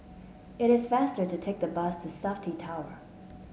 it is faster to take the bus to Safti Tower